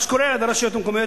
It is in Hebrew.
מה שקורה ברשויות המקומיות,